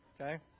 Okay